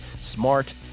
Smart